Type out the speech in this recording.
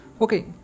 okay